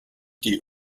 die